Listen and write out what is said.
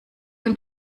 und